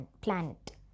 planet